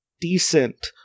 decent